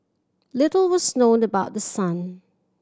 little was known about the son